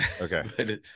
okay